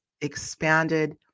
expanded